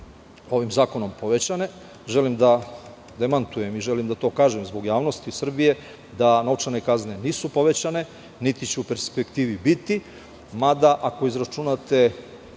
ovim zakonom povećane. Želim da demantujem i želim da to kažem zbog javnosti Srbije da novčane kazne nisu povećane niti će u perspektivi biti, mada ako izračunate